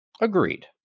Agreed